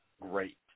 great